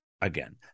Again